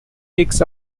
takes